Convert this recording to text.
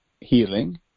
healing